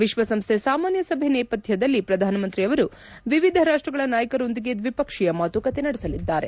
ವಿಶ್ವಸಂಸ್ಥೆ ಸಾಮಾನ್ಯ ಸಭೆ ನೇಪಥ್ಯದಲ್ಲಿ ಪ್ರಧಾನಮಂತ್ರಿಯವರು ವಿವಿಧ ರಾಷ್ಷಗಳ ನಾಯಕರೊಂದಿಗೆ ದ್ವಿಪಕ್ಷೀಯ ಮಾತುಕತೆ ನಡೆಸಲಿದ್ದಾರೆ